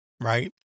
right